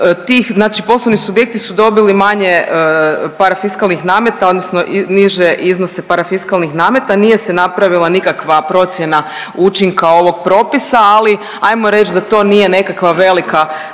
poslovni subjekti su dobili manje parafiskalnih nameta odnosno niže iznose parafiskalnih nameta nije se napravila nikakva procjena učinka ovog propisa, ali ajmo reći da to nije nekakva velika